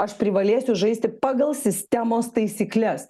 aš privalėsiu žaisti pagal sistemos taisykles